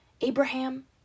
Abraham